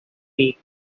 week